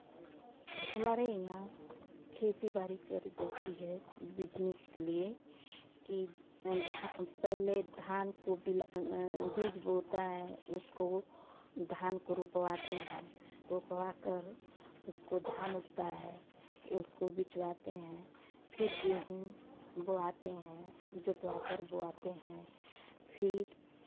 हमारे यहाँ खेती बारी करी जाती है बिज़नेस के लिए कि पहले धान को बिल बीज बोता है उसको धान को रोपवाते हैं रोपवा कर उसको धान उगता है तो उसको बेचवाते हैं फिर गेहूँ बोआते हैं जोतवाकर बोआते हैं फिर